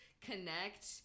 connect